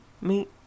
meet